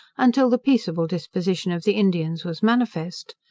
until the peaceable disposition of the indians was manifest.